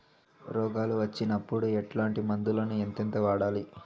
రోగాలు వచ్చినప్పుడు ఎట్లాంటి మందులను ఎంతెంత వాడాలి?